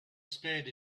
spade